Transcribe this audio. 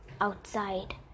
outside